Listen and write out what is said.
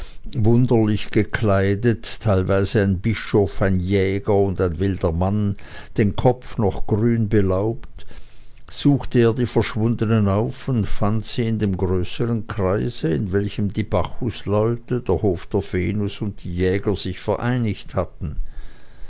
wunderlich gekleidet teilweise ein bischof ein jäger und ein wilder mann den kopf noch grün belaubt suchte er die verschwundenen auf und fand sie in dem größern kreise in welchem die bacchusleute der hof der venus und die jäger sich vereinigt hatten